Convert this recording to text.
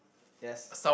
yes